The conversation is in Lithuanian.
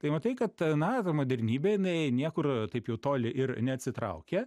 tai matai kad na ta modernybė jinai niekur taip jau toli ir neatsitraukė